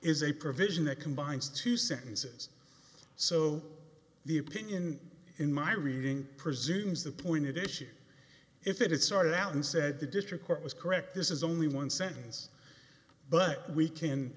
is a provision that combines two sentences so the opinion in my reading presumes the point at issue if it started out and said the district court was correct this is only one sentence but we can